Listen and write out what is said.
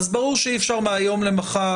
אז ברור שאי אפשר מהיום למחר,